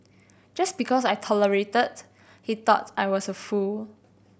just because I tolerated he thought I was a fool